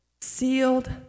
sealed